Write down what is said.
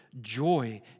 joy